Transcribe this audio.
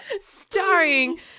Starring